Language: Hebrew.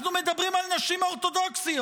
אנחנו מדברים על נשים אורתודוקסיות,